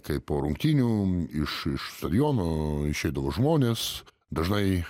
kai po rungtynių iš iš stadiono išeidavo žmonės dažnai